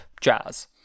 jazz